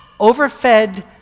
overfed